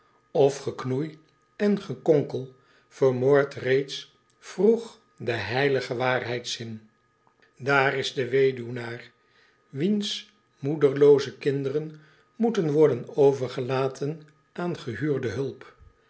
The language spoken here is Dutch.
of geknoei en gekonkel vermoordt reeds vroeg den heiligen waarheidszin daar is de weduwnaar wiens moederlooze kinderen moeten worden overgelaten aan gehuurde hulp